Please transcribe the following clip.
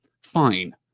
fine